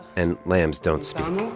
and lambs don't speak